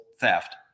theft